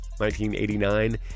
1989